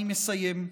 אני מסיים.